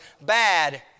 bad